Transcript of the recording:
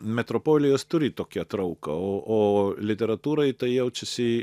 metropolijos turi tokią trauką o literatūrai tai jaučiasi